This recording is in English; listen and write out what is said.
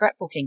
scrapbooking